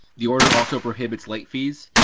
the order also prohibits late fees,